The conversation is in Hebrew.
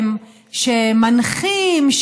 שמנחים,